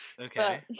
Okay